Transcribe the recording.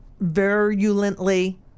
virulently